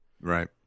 Right